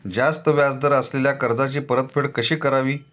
जास्त व्याज दर असलेल्या कर्जाची परतफेड कशी करावी?